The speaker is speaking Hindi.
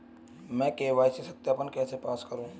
मैं के.वाई.सी सत्यापन कैसे पास करूँ?